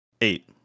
Eight